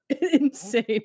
insane